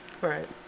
Right